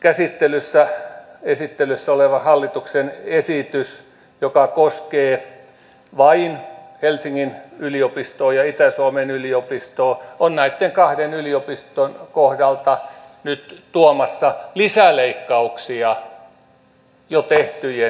nyt esittelyssä oleva hallituksen esitys joka koskee vain helsingin yliopistoa ja itä suomen yliopistoa on näitten kahden yliopiston kohdalta nyt tuomassa lisäleikkauksia jo tehtyjen päälle